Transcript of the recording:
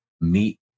meet